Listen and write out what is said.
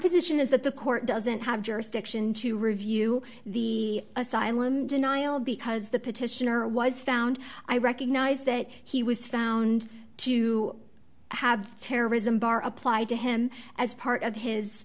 position is that the court doesn't have jurisdiction to review the asylum denial because the petitioner was found i recognize that he was found to have a terrorism bar applied to him as part of his